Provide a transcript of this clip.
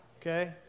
Okay